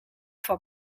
van